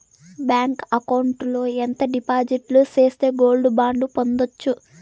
Bank account లో ఎంత డిపాజిట్లు సేస్తే గోల్డ్ బాండు పొందొచ్చు?